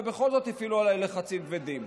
ובכל זאת הפעילו עליי לחצים כבדים.